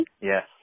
Yes